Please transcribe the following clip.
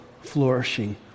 flourishing